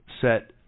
set